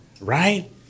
right